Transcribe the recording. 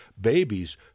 Babies